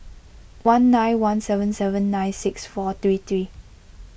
one nine one seven seven nine six four three three